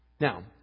Now